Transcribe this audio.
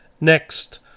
next